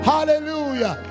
Hallelujah